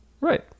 right